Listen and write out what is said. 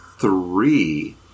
three